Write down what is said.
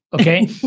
Okay